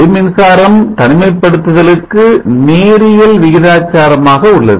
ஒளி மின்சாரம் தனிமைப்படுத்துதலுக்கு நேரியல் விகிதாச்சாரமாக உள்ளது